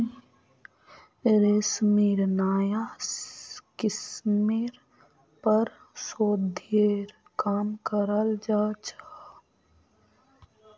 रेशमेर नाया किस्मेर पर शोध्येर काम कराल जा छ